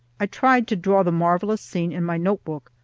i tried to draw the marvelous scene in my note-book,